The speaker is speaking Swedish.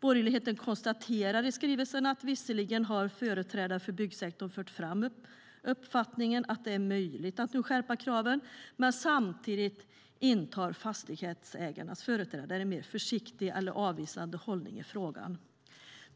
Borgerligheten konstaterar i skrivelsen att företrädare för byggsektorn visserligen har fört fram uppfattningen att det är möjligt att nu skärpa kraven, men samtidigt intar fastighetsägarnas företrädare en mer försiktig eller avvisande hållning i frågan.